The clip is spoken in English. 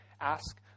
ask